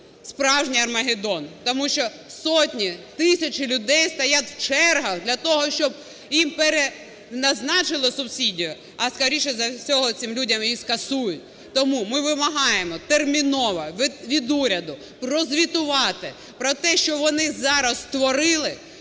справжній армагеддон, тому що сотні-тисячі людей стоять у чергах для того, щоб їм переназначили субсидію, а скоріше за все цим людям її скасують. Тому ми вимагаємо терміново від уряду прозвітувати про те, що вони зараз створили,